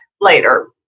later